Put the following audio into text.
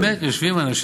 לא, אדוני,